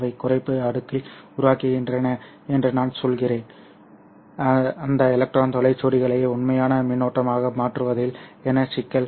அவை குறைப்பு அடுக்கில் உருவாகின்றன என்று நான் சொல்கிறேன் அந்த எலக்ட்ரான் துளை ஜோடிகளை உண்மையான மின்னோட்டமாக மாற்றுவதில் என்ன சிக்கல்